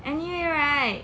anyway right